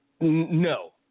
no